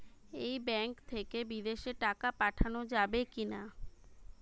এই ব্যাঙ্ক থেকে বিদেশে টাকা পাঠানো যাবে কিনা?